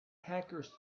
hackers